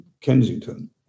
Kensington